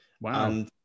Wow